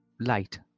light